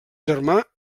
germà